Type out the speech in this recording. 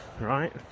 right